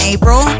April